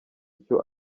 icyo